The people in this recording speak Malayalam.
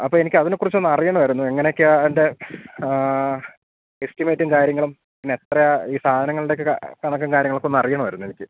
അപ്പ എനിക്കതിനെക്കുറിച്ചൊന്ന് അറിയണമായിരുന്നു എങ്ങനെയൊക്കെയാ അയ്ൻ്റെ എസ്റ്റിമേറ്റും കാര്യങ്ങളും പിന്നെ എത്രയാ ഈ സാധനങ്ങളുടെൊക്കെ കണക്കും കാര്യങ്ങളൊക്ക ഒന്നറിയണമായിരുന്നു എനിക്ക്